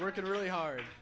working really hard